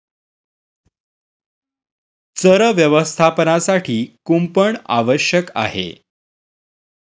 चर व्यवस्थापनासाठी कुंपण आवश्यक आहे